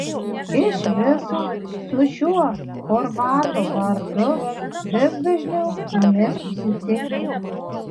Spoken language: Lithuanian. iš viso su šiuo chorvato vardu vis dažniau imi susitikti